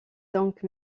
donc